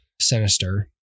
sinister